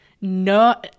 no